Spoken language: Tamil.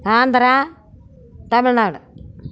ஆந்திரா தமிழ்நாடு